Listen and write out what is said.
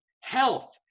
health